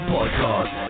Podcast